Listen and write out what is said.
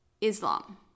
Islam